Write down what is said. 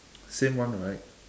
same one right